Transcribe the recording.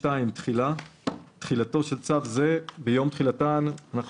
תחילה 2.תחילתו של צו זה ביום תחילתן של תקנות התעבורה (תיקון מס..),